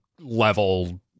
level